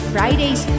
Fridays